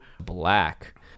Black